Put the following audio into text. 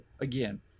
Again